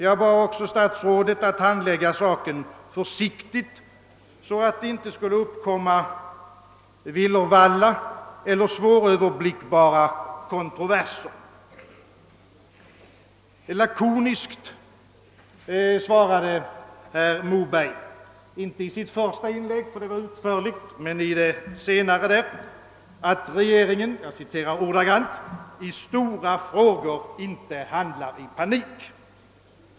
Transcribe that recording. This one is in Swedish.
Jag bad också statsrådet att handlägga saken försiktigt så att inte villervalla eller svåröverblickbara kontroverser skulle uppkomma. Lakoniskt svarade då herr Moberg — inte i sitt första inlägg ty det var utförligt men i ett senare — att regeringen »i stora frågor inte handlade i panik».